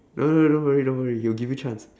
no no don't worry don't worry he'll give you chance